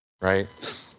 right